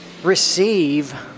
receive